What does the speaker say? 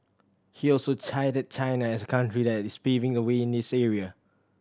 he also cited China as a country that is paving the way in this area